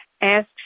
ask